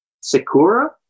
sakura